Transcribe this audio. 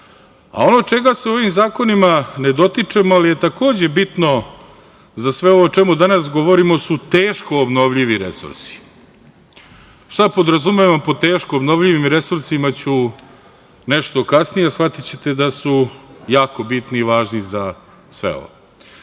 a ono čega se u ovim zakonima ne dotičemo, ali je takođe bitno za sve ovo o čemu danas govorimo su teško obnovljivi resursi. Šta podrazumevam pod teško obnovljivim resursima ću nešto kasnije, a shvatićete da su jako bitni i važni za sve